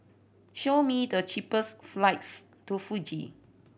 show me the cheapest flights to Fiji